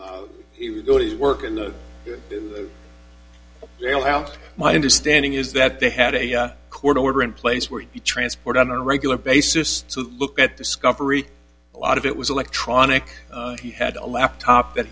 oh he would go to work in the mail out my understanding is that they had a court order in place where he transport on a regular basis to look at discovery a lot of it was electronic and he had a laptop that